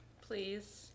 please